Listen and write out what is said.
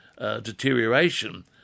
deterioration